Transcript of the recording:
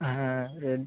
হ্যাঁ রেল